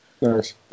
nice